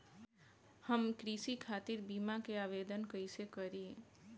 हम कृषि खातिर बीमा क आवेदन कइसे करि?